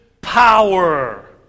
power